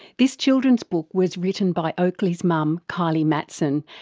this children's book was written by oakley's mum kylee matson,